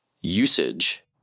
usage